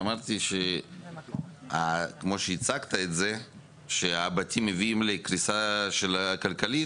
אמרתי שאני חולק על זה שבתים מביאים לקריסה כלכלית,